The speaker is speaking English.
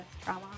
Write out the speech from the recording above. trauma